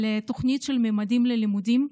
על התוכנית ממדים ללימודים,